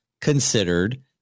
considered